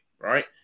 Right